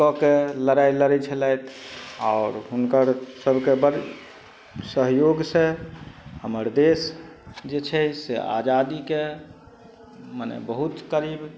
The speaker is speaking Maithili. कऽके लड़ाइ लड़य छलथि आओर हुनकर सबके बड़ सहयोगसँ हमर देश जे छै से आजादीके मने बहुत करीब